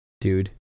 Dude